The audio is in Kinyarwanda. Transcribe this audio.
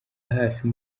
hafi